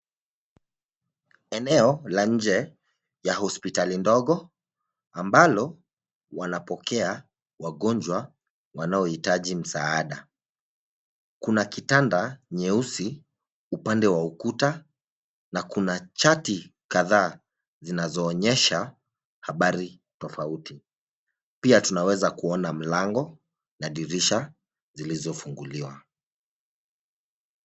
Eneo la nje ya hospitali ndogo ambalo wanapokea wagonjwa wanaoitaji msaada. Kuna kitanda nyeusi upande wa ukuta na kuna chati kadhaa zinazoonyesha habari tofauti. Pia tunaweza kuona mlango na dirisha zilizofunguliwa.